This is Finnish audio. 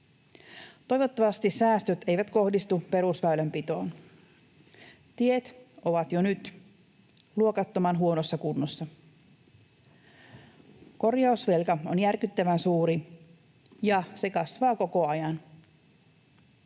Toivottavasti säästöt eivät kohdistu perusväylänpitoon. Tiet ovat jo nyt luokattoman huonossa kunnossa. Korjausvelka on järkyttävän suuri, ja se kasvaa koko ajan.